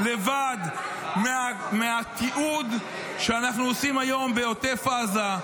לבד מהתיעוד שאנחנו עושים היום בעוטף עזה,